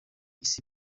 isi